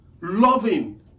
loving